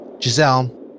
Giselle